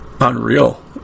unreal